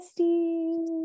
besties